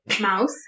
mouse